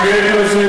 ואני מתנגד לזה,